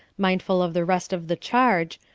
mindful of the rest of the charge,